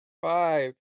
five